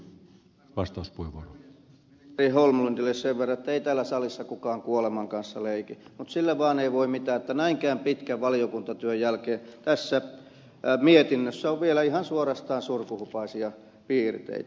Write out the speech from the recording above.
ministeri holmlundille sen verran että ei täällä salissa kukaan kuoleman kanssa leiki mutta sille vaan ei voi mitään että näinkin pitkän valiokuntatyön jälkeen tässä mietinnössä on vielä ihan suorastaan surkuhupaisia piirteitä